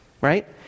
Right